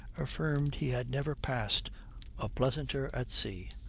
affirmed he had never passed a pleasanter at sea.